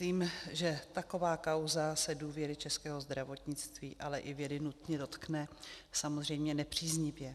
Myslím, že taková kauza se důvěry českého zdravotnictví, ale i vědy nutně dotkne, samozřejmě nepříznivě.